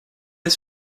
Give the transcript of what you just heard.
est